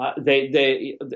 they—they